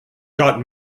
got